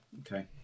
okay